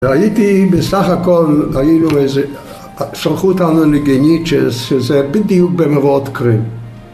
והייתי בסך הכל, היינו איזה, שלחו אותנו לגניצ'ס שזה בדיוק במבואות קרים.